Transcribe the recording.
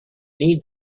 need